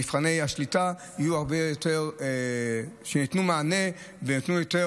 מבחני השליטה ייתנו מענה וייתנו יותר